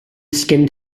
skinned